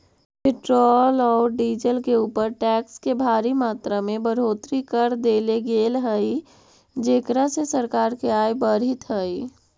petrol औउर diesel के ऊपर टैक्स के भारी मात्रा में बढ़ोतरी कर देले गेल हई जेकरा से सरकार के आय बढ़ीतऽ हई